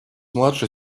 младшей